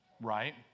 Right